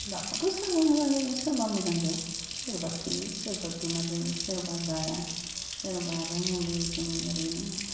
दावआबो सोरबा मोजां जायो सोरबा मोजां जाया सोरबा थैयो सोरबा बेमार जायो सोरबा जाया सोरबा आरो मुलिजों ओरैनो